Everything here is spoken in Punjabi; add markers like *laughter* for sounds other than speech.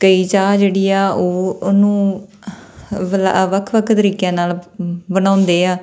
ਕਈ ਚਾਹ ਜਿਹੜੀ ਆ ਉਹ ਉਹਨੂੰ *unintelligible* ਅਗਲਾ ਵੱਖ ਵੱਖ ਤਰੀਕਿਆਂ ਨਾਲ ਬਣਾਉਂਦੇ ਆ